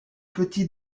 petit